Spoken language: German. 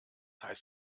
heißt